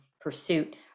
pursuit